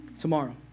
tomorrow